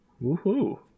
Woo-hoo